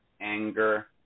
anger